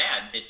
ads